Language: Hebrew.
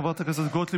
חברת הכנסת גוטליב,